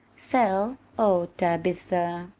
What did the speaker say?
sell oh, tabitha!